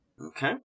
Okay